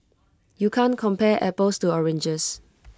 you can't compare apples to oranges